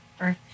earth